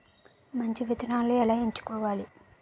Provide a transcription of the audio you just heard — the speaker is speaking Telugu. మంచి విత్తనాలను ఎలా ఎంచుకోవాలి?